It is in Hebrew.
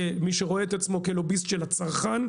כמי שרואה את עצמו כלוביסט של הצרכן,